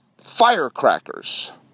firecrackers